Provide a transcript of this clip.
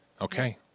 Okay